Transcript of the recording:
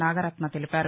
నాగరత్న తెలిపారు